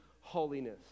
holiness